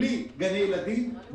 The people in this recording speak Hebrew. בלי גני ילדים,